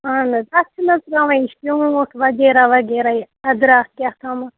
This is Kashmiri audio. اَہَن حظ اَتھ چھِنہٕ حظ ترٛاوان شونٛٹھ وغیرہ وغیرہ یہِ أدرَکھ کیٛاہتامَتھ